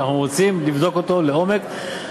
ואנחנו רוצים לבדוק אותו לעומק.